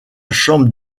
chambre